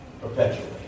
perpetually